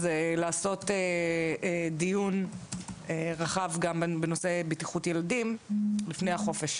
אז לעשות דיון רחב גם בנושא בטיחות ילדים לפני החופש.